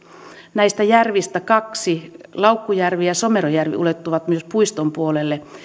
näistä järvistä kaksi laukkujärvi ja somerojärvi ulottuu myös puiston puolelle